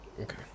Okay